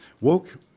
Woke